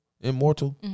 Immortal